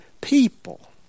people